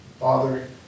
Father